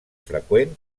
freqüent